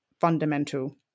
fundamental